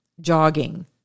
jogging